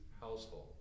household